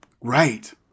Right